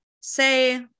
say